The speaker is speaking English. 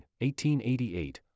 1888